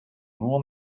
nur